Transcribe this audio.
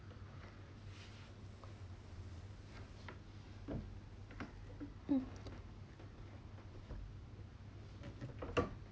mm